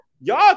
Y'all